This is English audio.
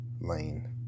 lane